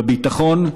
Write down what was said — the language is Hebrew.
בביטחון,